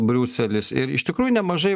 briuselis ir iš tikrųjų nemažai